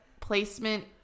placement